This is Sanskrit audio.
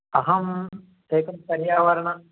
आम् एकं पर्यावरणम्